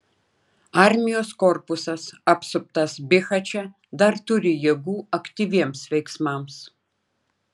armijos korpusas apsuptas bihače dar turi jėgų aktyviems veiksmams